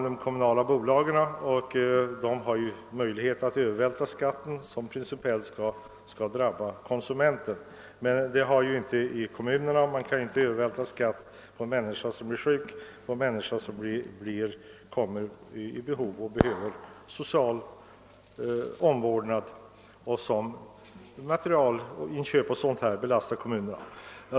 De kommunala bolagen har ju möjlighet att på konsumenterna öÖövervältra den skatt som principiellt skall drabba dem. En sådan möjlighet har inte kommunerna; det går inte för dessa att övervältra skatten på en människa som blir sjuk och behöver social omvårdnad och för vilkens räkning inköp av material belastar kommunerna.